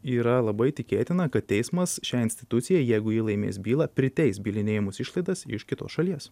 yra labai tikėtina kad teismas šiai institucijai jeigu ji laimės bylą priteis bylinėjimosi išlaidas iš kitos šalies